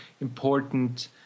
important